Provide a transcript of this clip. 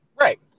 right